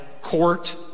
court